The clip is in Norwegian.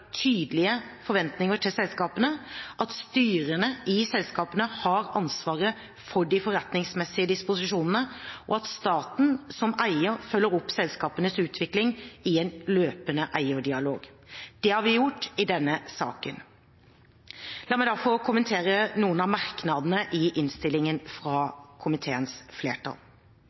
tydelige forventninger til selskapene, at styrene i selskapene har ansvaret for de forretningsmessige disposisjonene, og at staten, som eier, følger opp selskapenes utvikling i en løpende eierdialog. Det har vi gjort i denne saken. La meg få kommentere noen av merknadene i innstillingen fra